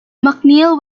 macneil